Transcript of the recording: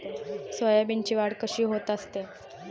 सोयाबीनची वाढ कशी होत असते?